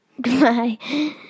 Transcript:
Goodbye